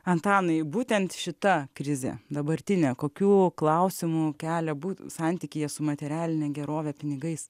antanai būtent šita krizė dabartinė kokių klausimų kelia būt santykyje su materialine gerove pinigais